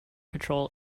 patrol